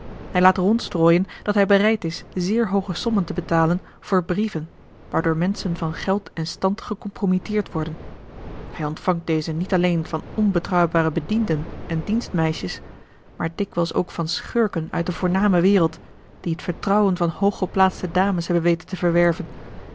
hij laat rondstrooien dat hij bereid is zeer hooge sommen te betalen voor brieven waardoor menschen van geld en stand gecompromitteerd worden hij ontvangt deze niet alleen van onbetrouwbare bedienden en dienstmeisjes maar dikwijls ook van schurken uit de voorname wereld die het vertrouwen van hooggeplaatste dames hebben weten te verwerven